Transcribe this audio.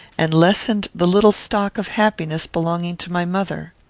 and lessened the little stock of happiness belonging to my mother.